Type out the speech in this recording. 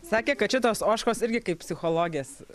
sakė kad šitos ožkos irgi kaip psichologės